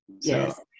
Yes